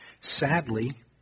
Sadly